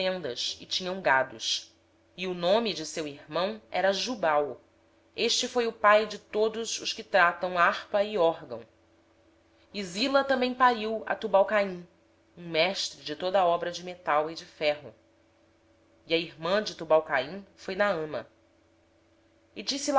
tendas e possuem gado o nome do seu irmão era jubal este foi o pai de todos os que tocam harpa e flauta a zila também nasceu um filho tubal caim fabricante de todo instrumento cortante de cobre e de ferro e a irmã de tubal caim foi naama disse